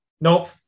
Nope